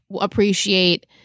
appreciate